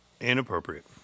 Inappropriate